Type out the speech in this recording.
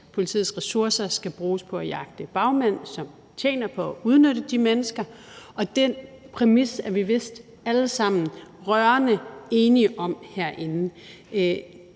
Politiets ressourcer skal bruges på at jagte bagmænd, som tjener på at udnytte de mennesker, og den præmis er vi vist alle sammen rørende enige om herinde.